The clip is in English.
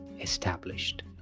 established